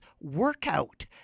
Workout